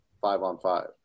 five-on-five